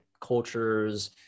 cultures